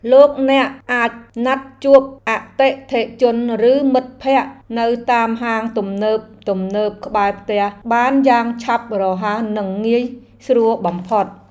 លោកអ្នកអាចណាត់ជួបអតិថិជនឬមិត្តភក្តិនៅតាមហាងទំនើបៗក្បែរផ្ទះបានយ៉ាងឆាប់រហ័សនិងងាយស្រួលបំផុត។